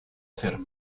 ser